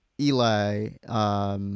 Eli